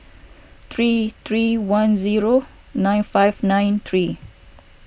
three three one zero nine five nine three